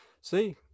see